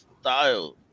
style